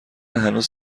هنوز